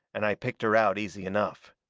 and i picked her out easy enough.